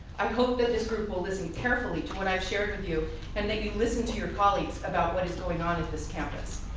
i hope that this group will listen carefully to what i shared with you and that you listen to your colleagues about what is going on at this campus.